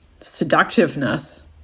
seductiveness